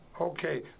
okay